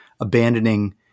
abandoning